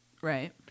right